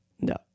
No